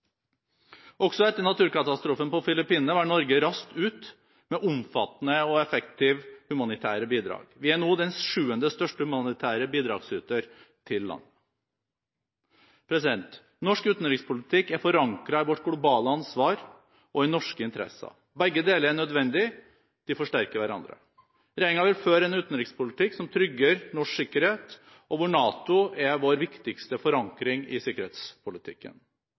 Også etter naturkatastrofen på Filippinene var Norge raskt ute med omfattende og effektive humanitære bidrag. Vi er nå den sjuende største humanitære bidragsyter til landet. Norsk utenrikspolitikk er forankret i vårt globale ansvar og i norske interesser. Begge deler er nødvendig, de forsterker hverandre. Regjeringen vil føre en utenrikspolitikk som trygger norsk sikkerhet, og hvor NATO er vår viktigste forankring i sikkerhetspolitikken.